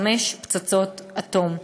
חמש פצצות אטום.